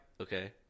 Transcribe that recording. Okay